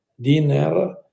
dinner